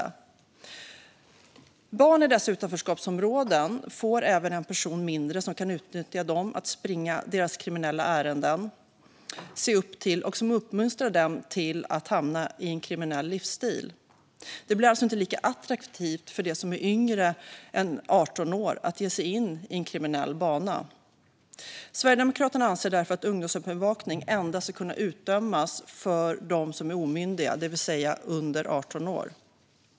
För barn i utanförskapsområden blir det även en person mindre som kan utnyttja dem för att springa kriminella ärenden, som de ser upp till och som uppmuntrar dem att hamna i en kriminell livsstil. Det blir alltså inte lika attraktivt för dem som är yngre än 18 år att ge sig in på en kriminell bana. Sverigedemokraterna anser därför att ungdomsövervakning endast ska kunna utdömas för dem som är omyndiga, det vill säga under 18 år.